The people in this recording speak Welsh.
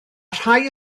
rhai